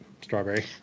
Strawberry